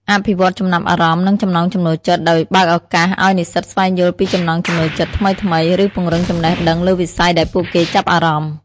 អភិវឌ្ឍន៍ចំណាប់អារម្មណ៍ និងចំណង់ចំណូលចិត្ត ដោយបើកឱកាសឱ្យនិស្សិតស្វែងយល់ពីចំណង់ចំណូលចិត្តថ្មីៗ ឬពង្រឹងចំណេះដឹងលើវិស័យដែលពួកគេចាប់អារម្មណ៍។